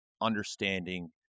understanding